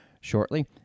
shortly